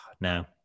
No